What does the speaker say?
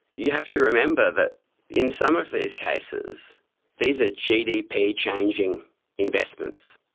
you have to remember that in some of these cases these are gdp changing investments.